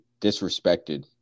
disrespected